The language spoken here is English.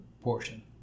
portion